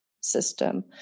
system